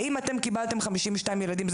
האם אתם קיבלתם 52 ילדים?